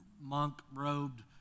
monk-robed